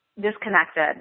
disconnected